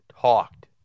talked